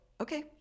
Okay